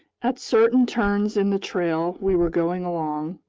at certain turns in the trail we were going along,